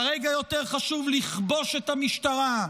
כרגע יותר חשוב לכבוש את המשטרה,